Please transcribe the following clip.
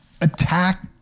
attack